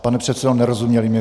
Pane předsedo, nerozuměli mi.